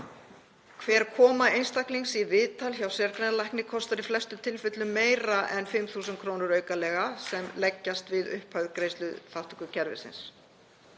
Hver koma einstaklings í viðtal hjá sérgreinalækni kostar í flestum tilfellum meira en 5.000 kr. aukalega sem leggjast við upphæð greiðsluþátttökukerfisins.